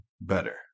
better